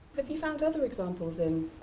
have you found other examples in